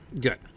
Good